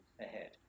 ahead